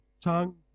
tongue